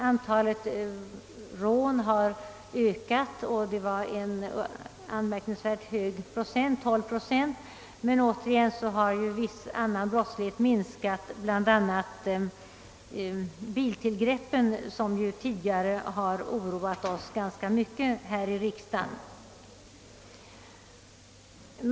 Antalet rån har ökat med 12 procent — en anmärkningsvärt hög siffra — men å andra sidan har viss annan brottslighet minskat, bl.a. biltillgreppen som ju tidigare har oroat oss ganska mycket här i riksdagen.